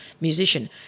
musician